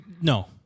No